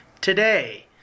today